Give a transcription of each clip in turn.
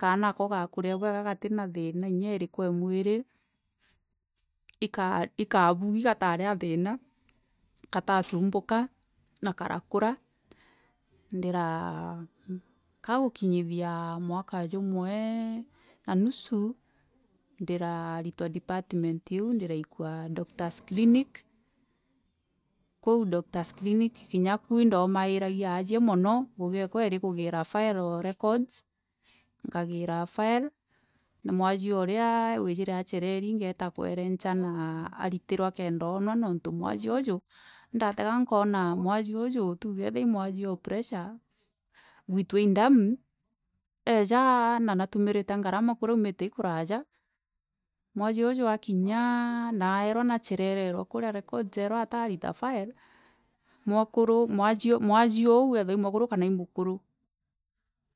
Kana gakûrire bwega gatina kinya thina irikû e mwiri, I kabû karaari a thiina katasûmbûka na karakûra ndiraa kagûkinyitia mwaka jûmwe na nûsû, ndirarirwa department iû ndiraikûa doctors clinic koû doctors clinic inyakûo indaûmiragia aasie mûno ngûgi, ekwa yari kûgira file records nkagira file na mwasie ûra wisire acereri ngaira kwerencara aritirwa kenda onwa nontû mwasie wûû ndatega nkoona mwasie itûge wethira, mwasie o pressûre, gûitû, ndama eja kwaana na natûmirie ngarama kûra aûmire ikûraja na mwasie ûjû akinya na airwa nachereerwe ikûria records, airwa atarita files mwekirej mwajie oû wethirwa mwekûre kana mûkûrû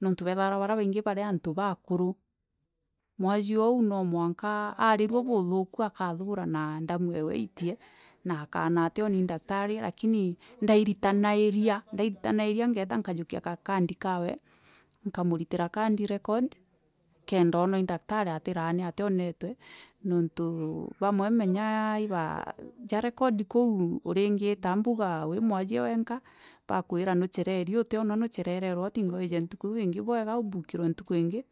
nontû wethagirwa bara baingi bari antû baakûrû mwasire oû aûririja bûthûki no mwanka akathûraza na ndamû ewe yiffûre na akaara afioni, ndakteri lakini indaritano ndairitanaira ngeta nijagûkia kakandi kawe nkamûritira kondi rekordi kenda aorwa. nfaktari atikaane ationetwe nonte bamwe menya bakwira nichereri ûtiorwa nûchererwe tinga wija ritûkû ingi bwega ûmbokirwe ntûkû ingi. kûrooka nooka ûtûkû ikwethairwa kwina inya mono ikwethaira kwina inya mono ûtûkû nontû rimwe ikwethairwa kwina ngûgi ithimgatere nontû kwirio waitharwa mara nûreferwe antû arebi banywire barwa ja ja baroa ja ari bangi bareti barwene baratûrona mûwe, aû ngûgi ikaingi gûkaa into bia ûtûma chikûûma oûtpatient ngûgi chia oûtpatient. moni ni injûmû nontû bwa gwira itûkû kûgira gwira gûchoa no thiera kûtaûmaraa mono thieta ndaûmaraa rimwe aki kûthagana chai no ndaithira matanity ina ngûgi aû nio ndabagwatagwatagia bûkai hii ngacoka ndipatmen akhwa thieta ngachoka kenda nandi tûendelea na ngûgi kha twari a cio.